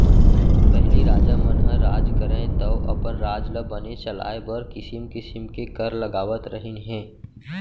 पहिली राजा मन ह राज करयँ तौ अपन राज ल बने चलाय बर किसिम किसिम के कर लगावत रहिन हें